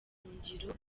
buhungiro